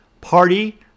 party